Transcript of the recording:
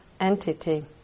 entity